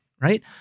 right